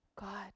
God